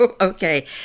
Okay